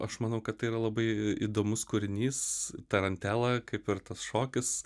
aš manau kad tai yra labai įdomus kūrinys tarantela kaip ir tas šokis